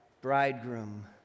bridegroom